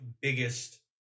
biggest